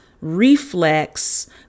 reflex